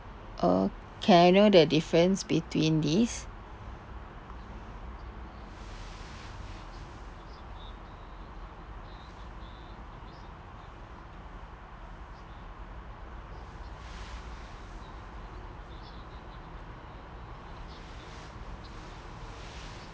oh can I know the difference between these